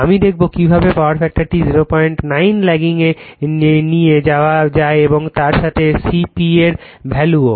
আমি দেখাবো কিভাবে পাওয়ার ফ্যাক্টরকে 09 ল্যাগিং এ নিয়ে যাওয়া যায় এবং তার সাথে C P এর ভ্যালু ও